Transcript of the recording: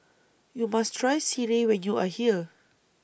YOU must Try Sireh when YOU Are here